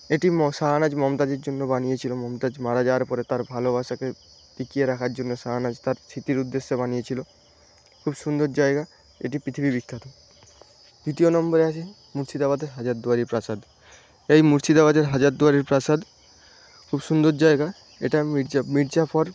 এটি ম শাহজাহান মমতাজের জন্য বানিয়েছিল মমতাজ মারা যাওয়ার পরে তার ভালোবাসাকে টিকিয়ে রাখার জন্য শাহজাহান তার স্মৃতির উদ্দেশ্যে বানিয়েছিল খুব সুন্দর জায়গা এটি পৃথিবী বিখ্যাত তৃতীয় নম্বরে আছে মুর্শিদাবাদের হাজারদুয়ারি প্রাসাদ এই মুর্শিদাবাদের হাজারদুয়ারি প্রাসাদ খুব সুন্দর জায়গা এটা মির্জা মিরজাফর